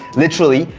literally,